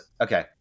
okay